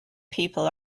people